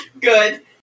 Good